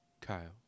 Kyle